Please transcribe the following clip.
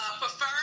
prefer